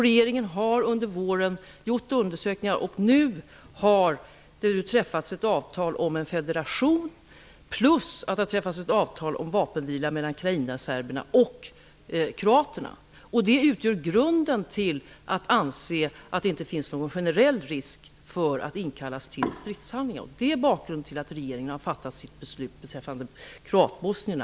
Regeringen har också under våren gjort undersökningar, och nu har det träffats ett avtal om en federation. Det har även träffats ett avtal om vapenvila mellan krajinaserberna och kroaterna. Detta utgör grunden till att vi anser att det inte finns någon generell risk för att dessa personer skall inkallas för att delta i stridshandlingar. Detta är bakgrunden till att regeringen har fattat sitt beslut beträffande kroatbosnierna.